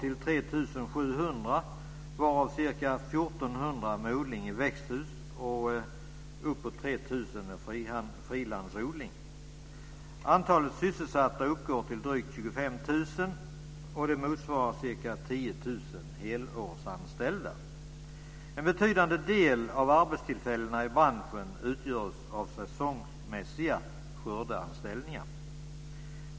3 000 i frilandsodling. Antalet sysselsatta uppgår till drygt 25 000, det motsvarar ca 10 000 helårsanställda.